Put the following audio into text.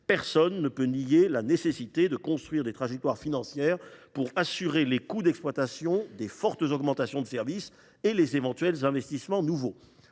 Personne ne peut plus nier qu’il est nécessaire de construire des trajectoires financières afin d’assurer les coûts d’exploitation devant les fortes augmentations de services et les éventuels investissements nouveaux.